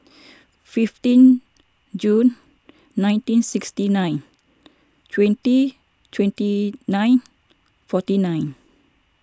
fifteen June nineteen sixty nine twenty twenty nine forty nine